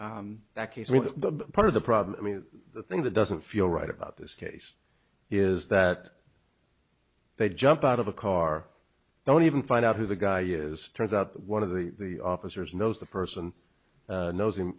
with the part of the problem i mean the thing that doesn't feel right about this case is that they jump out of a car don't even find out who the guy is turns up one of the officers knows the person knows him